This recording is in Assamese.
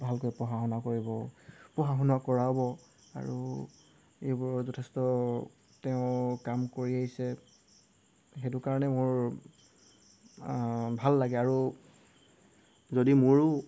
ভালকৈ পঢ়া শুনা কৰিব পঢ়া শুনা কৰাব আৰু এইবোৰ যথেষ্ট তেওঁ কাম কৰি আহিছে সেইটো কাৰণে মোৰ ভাল লাগে আৰু যদি মোৰো